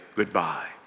goodbye